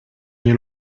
nie